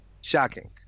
Shocking